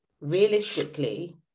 realistically